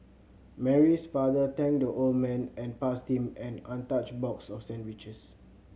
Mary's father thanked the old man and passed him an untouched box of sandwiches